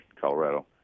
Colorado